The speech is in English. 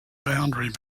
boundary